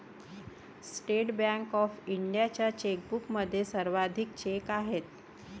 state bank of इंडियाच्या चेकबुकमध्ये सर्वाधिक चेक आहेत